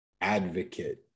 advocate